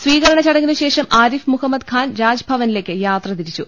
സ്വീകരണ ചടങ്ങിനു ശേഷം ആരിഫ് മുഹമ്മദ് ഖാൻ രാജ്ഭവനിലേക്ക് യാത്ര തിരിച്ചു